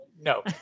No